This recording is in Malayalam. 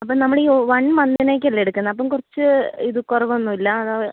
അപ്പോൾ നമ്മൾ ഈ വൺ മന്തിലേക്കല്ലേ എടുക്കുന്നത് അപ്പോൾ കുറച്ച് ഇത് കുറവൊന്നുമില്ലേ അത്